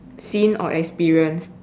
seen or experienced